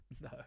No